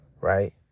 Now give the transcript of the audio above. Right